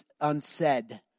unsaid